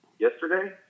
Yesterday